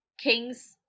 Kings